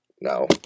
No